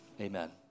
Amen